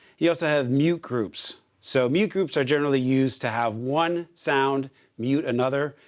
you also have mute groups. so, mute groups are generally used to have one sound mute another.